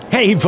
Hey